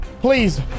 please